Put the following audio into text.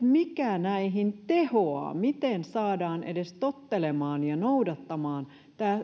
mikä näihin tehoaa miten saadaan ne edes tottelemaan ja noudattamaan